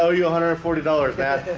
owe you one hundred and forty dollars that